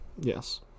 Yes